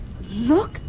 Look